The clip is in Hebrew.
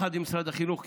ביחד עם משרד החינוך,